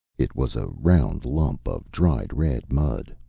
it was a round lump of dried red mud,